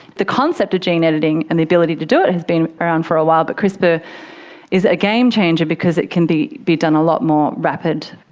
the concept of gene editing and the ability to do it has been around for a while, but crispr is a game changer because it can be done a lot more rapid.